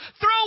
throw